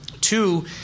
Two